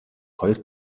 хоёр